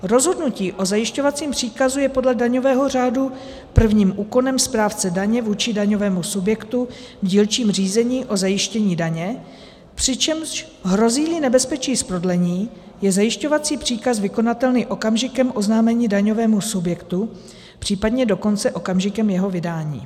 Rozhodnutí o zajišťovacím příkazu je podle daňového řádu prvním úkonem správce daně vůči daňovému subjektu v dílčím řízení o zajištění daně, přičemž hrozíli nebezpečí z prodlení, je zajišťovací příkaz vykonatelný okamžikem oznámení daňovému subjektu, případně dokonce okamžikem jeho vydání.